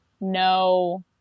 no